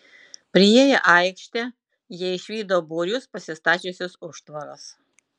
priėję aikštę jie išvydo būrius pasistačiusius užtvaras